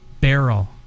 Barrel